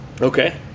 okay